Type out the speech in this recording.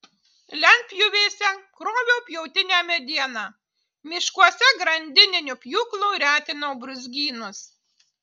lentpjūvėse kroviau pjautinę medieną miškuose grandininiu pjūklu retinau brūzgynus